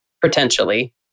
potentially